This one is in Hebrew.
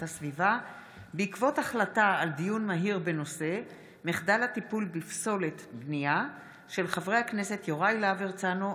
הסביבה בעקבות דיון מהיר בהצעתם של חברי הכנסת יוראי להב הרצנו,